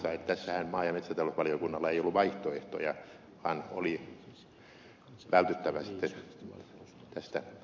tässähän maa ja metsätalousvaliokunnalla ei ollut vaihtoehtoja vaan oli vältyttävä tästä